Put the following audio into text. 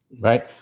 right